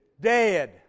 dead